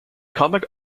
comic